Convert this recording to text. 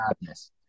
madness